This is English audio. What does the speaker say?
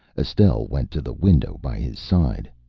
estelle went to the window by his side.